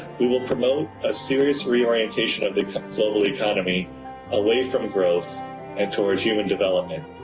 we will promote a serious reorientation of the global economy away from growth and toward human development.